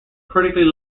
critically